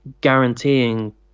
guaranteeing